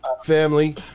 family